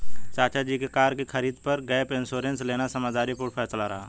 चाचा जी का कार की खरीद पर गैप इंश्योरेंस लेना समझदारी पूर्ण फैसला रहा